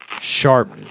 sharp